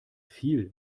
viel